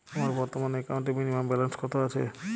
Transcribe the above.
আমার বর্তমান একাউন্টে মিনিমাম ব্যালেন্স কত আছে?